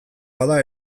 bada